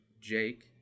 Jake